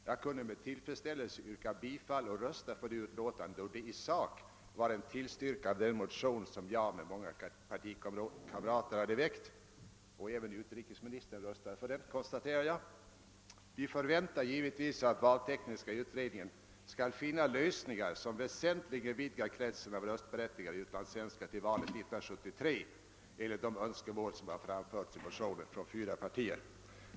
Jag kunde med tillfredsställelse yrka bifall och rösta för utlåtandet, som i sak var en tillstyrkan av en motion som jag med många partikamrater hade väckt. Jag konstaterar att även utrikesministern röstade för den motionen. Vi förväntar givetvis att valtekniska utredningen skall finna lösningar som väsentligt vidgar kretsen av röstberättigade utlandssvenskar till valet 1973 enligt de önskemål som har framförts i motioner från fyra partier.